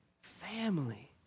Family